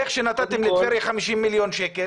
איך שנתתם לטבריה 50 מיליון שקלים,